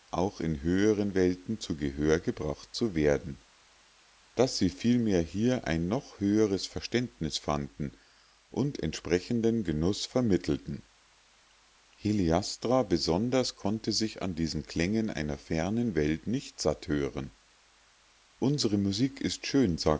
auch in höheren welten zu gehör gebracht zu werden daß sie vielmehr hier ein noch höheres verständnis fanden und entsprechenden genuß vermittelten heliastra besonders konnte sich an diesen klängen einer fernen welt nicht satthören unsre musik ist schön